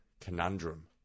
conundrum